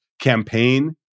campaign